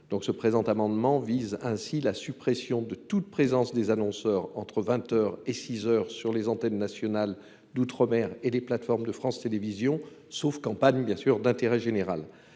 Donc ce présent amendement vise ainsi la suppression de toute présence des annonceurs entre 20h et 6h sur les antennes nationales d'outre-mer et les plateformes de France Télévisions sauf campagne bien sûr d'intérêt général.